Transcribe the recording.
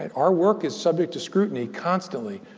and our work is subject to scrutiny, constantly.